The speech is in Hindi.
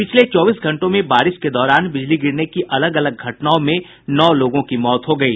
पिछले चौबीस घंटों में बारिश के दौरान बिजली गिरने की अलग अलग घटनाओं में नौ लोगों की मौत हो गयी